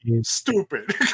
Stupid